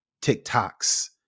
TikTok's